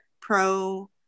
pro